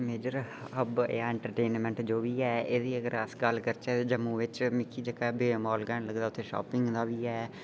entertainment जो बी ऐ एह्दी अस गल्ल करचै ते साढ़े जम्मू च मिगी जेह्का वेवमॉल चंगा लगदा ऐ उत्थै शॉपिंग दा बी ऐ